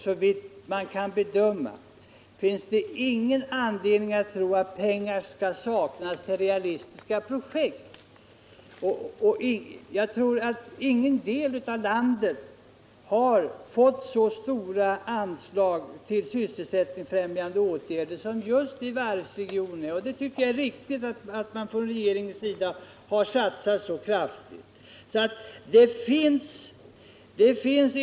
Såvitt man kan bedöma finns det ingen anledning att tro att pengar skall saknas när det gäller realistiska projekt. Jag tror inte att någon del av landet har fått så stora anslag för sysselsättningsfrämjande åtgärder som just varvsregionerna. Jag tycker också att det är riktigt att regeringen har satsat så kraftigt på dessa regioner.